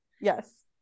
Yes